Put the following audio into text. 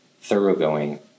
thoroughgoing